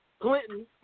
Clinton